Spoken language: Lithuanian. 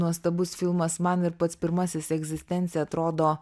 nuostabus filmas man ir pats pirmasis egzistencija atrodo